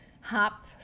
hop